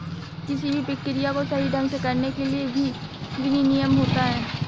किसी भी प्रक्रिया को सही ढंग से करने के लिए भी विनियमन होता है